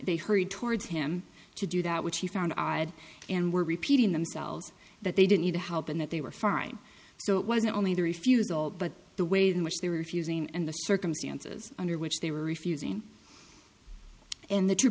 they hurried towards him to do that which he found odd and were repeating themselves that they didn't either help and that they were fine so it wasn't only the refusal but the ways in which they were refusing and the circumstances under which they were refusing and the t